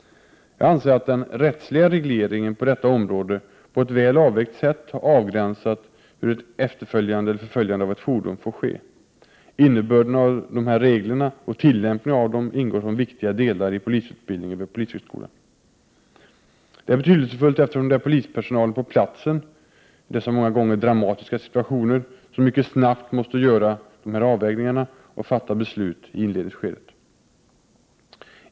Jag anser att den rättsliga regleringen på detta område på ett välavvägt sätt har avgränsat hur ett efterföljande eller förföljande av ett fordon får ske. Innebörden av dessa regler och tillämpningen av dem ingår som viktiga delar i polisutbildningen vid polishögskolan. Detta är betydelsefullt, eftersom det är polispersonalen på platsen, i dessa många gånger dramatiska situationer, som mycket snabbt måste göra dessa avvägningar och fatta beslut i inledningsskedet.